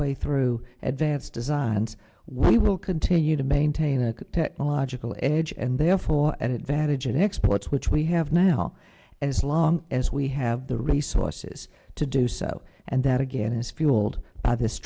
way through advanced designs we will continue to maintain a pet a logical edge and therefore an advantage in exports which we have now as long as we have the resources to do so and that again is fueled by this